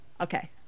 Okay